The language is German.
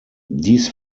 dies